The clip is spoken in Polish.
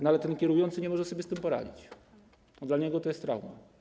No ale ten kierujący nie może sobie z tym poradzić, dla niego to jest trauma.